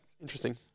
Interesting